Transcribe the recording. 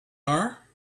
are